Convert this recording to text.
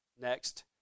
Next